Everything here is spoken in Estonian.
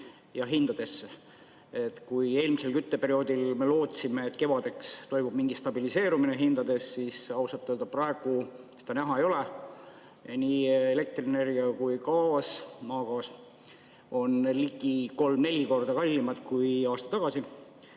ja hindadele. Kui me eelmisel kütteperioodil lootsime, et kevadeks toimub mingi hindade stabiliseerumine, siis ausalt öelda praegu seda näha ei ole. Nii elektrienergia kui ka maagaas on ligi kolm-neli korda kallimad kui aasta tagasi.